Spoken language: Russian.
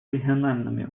региональными